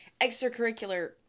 extracurricular